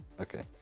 Okay